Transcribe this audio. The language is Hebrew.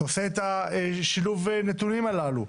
אתה עושה את השילוב נתונים הללו.